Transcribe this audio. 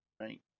right